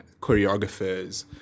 choreographers